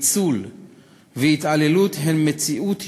ניצול והתעללות הם מציאות יומיומית,